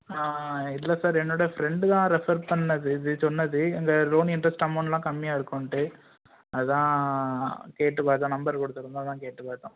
இல்லை சார் என்னோட ஃப்ரெண்ட்டு தான் ரெஃபர் பண்ணது இது சொன்னது இந்த லோனு இண்ட்ரெஸ்ட் அமவுண்ட்லாம் கம்மியாக இருக்கும்ன்ட்டு அதான் கேட்டு பார்க்க நம்பர் கொடுத்துருந்தான் அதான் கேட்டு பார்த்தோம்